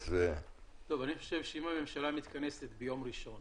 אני חושב שאם הממשלה מתכנסת ביום ראשון